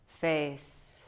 face